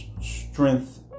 strength